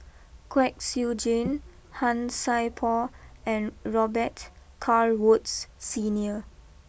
Kwek Siew Jin Han Sai Por and Robet Carr Woods Senior